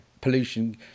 pollution